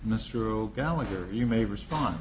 mr o'gallagher you may respond